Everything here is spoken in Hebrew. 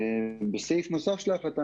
בעולם.